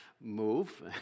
move